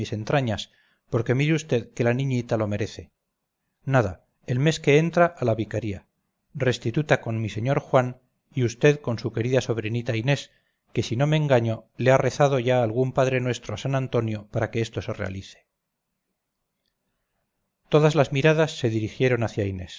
entrañas porque mire vd que la niñita lo merece nada el mes que entra a la vicaría restituta con mi señor juan y vd con su querida sobrinita inés que si no me engaño le ha rezado ya algún padre nuestro a san antonio para que esto se realice todas las miradas se dirigieron hacia inés